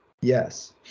Yes